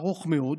ארוך מאוד,